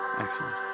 excellent